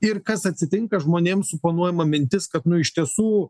ir kas atsitinka žmonėm suponuojama mintis kad nu iš tiesų